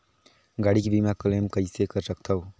गाड़ी के बीमा क्लेम कइसे कर सकथव?